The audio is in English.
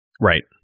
Right